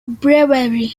brewery